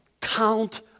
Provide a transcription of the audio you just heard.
count